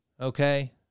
okay